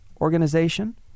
organization